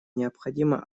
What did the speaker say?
необходима